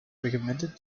recommended